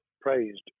praised